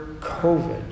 COVID